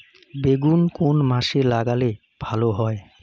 বেগুন কোন মাসে লাগালে ভালো হয়?